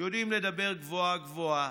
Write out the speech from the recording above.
יודעים לדבר גבוהה-גבוהה